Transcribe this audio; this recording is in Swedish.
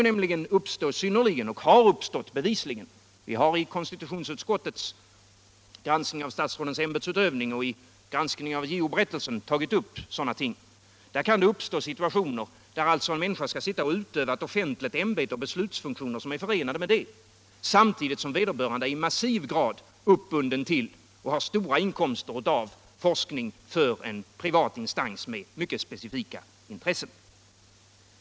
Vi har vid konstitutionsutskottets granskning av statsrådens ämbetsutövning och vid granskningen av JO-berättelsen tagit upp att det kan uppstå sådana situationer att en människa utövat offentligt ämbete med de beslutsfunktioner som är förenade med detta samtidigt som vederbörande i massiv grad är uppbunden och har stora inkomster av forskning för en privat instans med mycket specifika intressen.